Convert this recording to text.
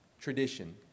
tradition